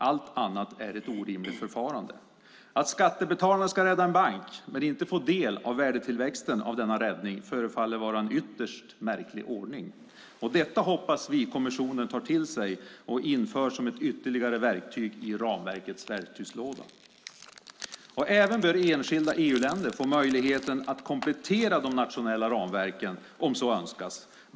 Allt annat är ett orimligt förfarande. Att skattebetalarna ska rädda en bank men inte få del av värdetillväxten av denna räddning förefaller vara en ytterst märklig ordning. Detta hoppas vi att kommissionen tar till sig och inför som ett ytterligare verktyg i ramverkets verktygslåda. Enskilda EU-länder bör även få möjligheten att komplettera de nationella ramverken om så önskas.